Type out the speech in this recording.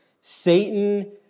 Satan